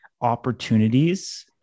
opportunities